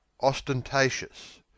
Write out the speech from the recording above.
ostentatious